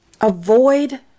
avoid